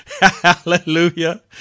hallelujah